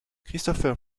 christopher